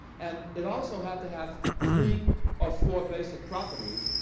and it also had to have three or four basic properties.